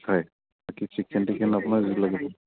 হয় বাকী চিকেন টিকেন আপোনাৰ যিটো লাগিব